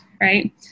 Right